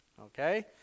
Okay